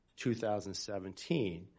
2017